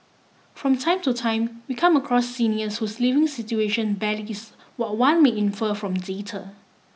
from time to time we come across seniors whose living situation belies what one may infer from data